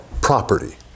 property